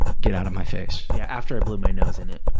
get out of my face. yeah, after i blew my nose in it.